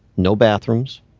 no bathrooms,